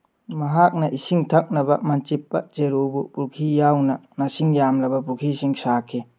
ꯃꯍꯥꯛꯅ ꯏꯁꯤꯡ ꯊꯛꯅꯕ ꯃꯟꯆꯤꯞꯄ ꯆꯦꯔꯨꯚꯨ ꯄꯨꯈ꯭ꯔꯤ ꯌꯥꯎꯅ ꯃꯁꯤꯡ ꯌꯥꯝꯂꯕ ꯄꯨꯈ꯭ꯔꯤꯁꯤꯡ ꯁꯥꯈꯤ